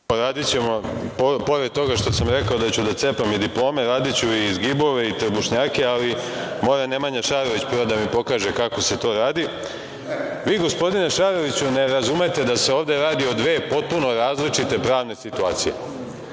Martinović** Pored toga što sam rekao da ću da cepam i diplome, radiću i zgibove i trbušnjake, ali mora Nemanja Šarović, prvo da mi pokaže kako se to radi. Vi, gospodine Šaroviću, ne razumete da se ovde radi o dve potpuno različite pravne situacije.